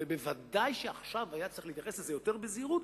וודאי שעכשיו היה צריך להתייחס לזה יותר בזהירות,